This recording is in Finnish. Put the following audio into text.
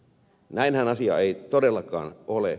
näinhän asia ei todellakaan ole